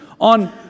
on